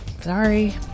Sorry